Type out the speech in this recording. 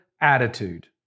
attitude